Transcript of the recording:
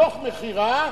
בתוך מכירה,